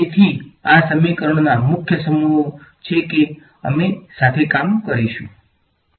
તેથી આ સમીકરણોના મુખ્ય સમૂહો છે કે અમે સાથે કામ કરીશું